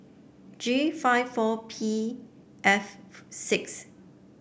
G five four P F six